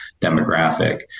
demographic